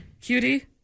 Cutie